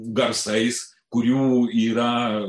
garsais kurių yra